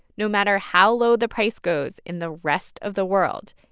no matter how low the price goes in the rest of the world,